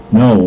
no